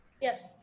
Yes